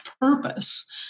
purpose